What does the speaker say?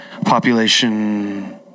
population